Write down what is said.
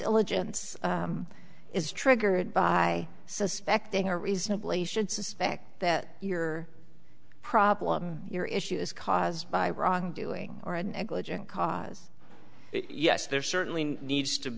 diligence is triggered by suspecting a reasonably should suspect that your problem your issue is caused by wrongdoing or a negligent cause yes there certainly needs to